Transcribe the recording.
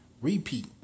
repeat